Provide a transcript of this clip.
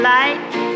light